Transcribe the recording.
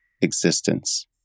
existence